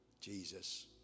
Jesus